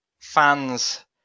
fans